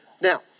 Now